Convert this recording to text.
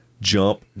jump